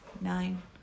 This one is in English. nine